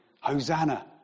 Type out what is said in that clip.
Hosanna